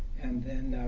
and then